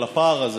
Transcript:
על הפער הזה